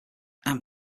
i’m